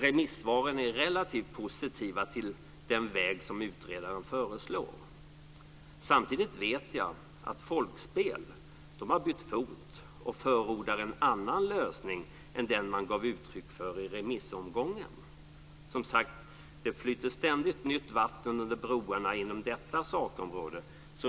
Remissvaren är relativt positiva till den väg som utredaren föreslår. Samtidigt vet jag att Folkspel har bytt fot och förordar en annan lösning än den man gav uttryck för i remissomgången. Det flyter ständigt nytt vatten under broarna inom detta sakområde.